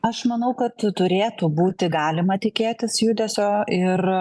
aš manau kad turėtų būti galima tikėtis judesio ir